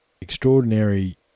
Extraordinary